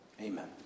Amen